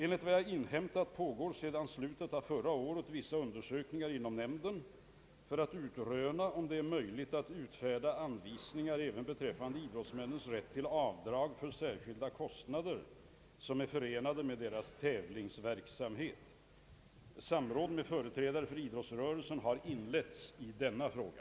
Enligt vad jag inhämtat pågår sedan slutet av förra året vissa undersökningar inom nämnden för att utröna om det är möjligt att utfärda anvisningar även beträffande idrottsmännens rätt till avdrag för särskilda kostnader som är förenade med deras tävlingsverksamhet. Samråd med företrädare för idrottsrörelsen har inletts i denna fråga.